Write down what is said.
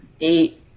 eight